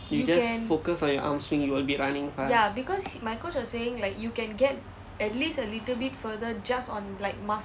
you just focus on your arm swing you will be running fast